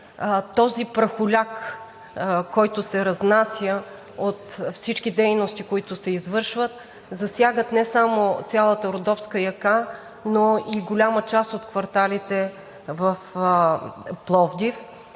този прахоляк, който се разнася от всички дейности, които се извършват, засяга не само цялата родопска яка, но и голяма част от кварталите в Пловдив.